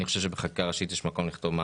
אני חושב שבחקיקה ראשית יש מקום לכתוב מה